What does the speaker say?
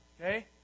Okay